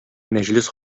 мәҗлес